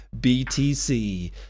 BTC